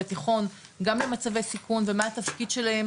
בתיכון גם במצבי סיכון ומה התפקיד שלהם